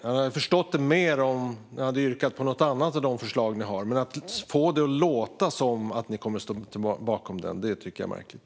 Jag hade förstått det mer om ni hade yrkat på något annat än de förslag ni har. Att få det att låta som att ni kommer att stå bakom den tycker jag är lite märkligt.